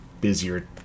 busier